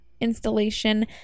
installation